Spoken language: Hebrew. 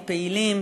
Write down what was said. הפעילים,